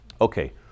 Okay